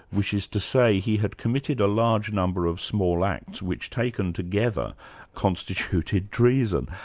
which is to say he had committed a large number of small acts, which taken together constituted treason,